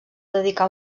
dedicà